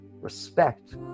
respect